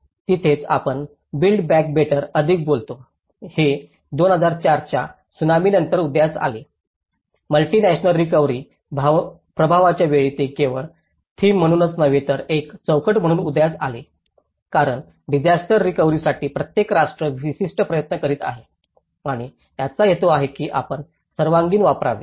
तिथेच आपण build back better अधिक बोलतो हे 2004 च्या त्सुनामी नंतर उदयास आले मल्टिनॅशनल रिकव्हरी प्रभावाच्या वेळी ते केवळ थीम म्हणूनच नव्हे तर एक चौकट म्हणून उदयास आले कारण डिसास्टर रिकव्हरीसाठी प्रत्येक राष्ट्र विशिष्ट प्रयत्न करीत आहे आणि याचा हेतू आहे की आपण सर्वांगीण वापरावे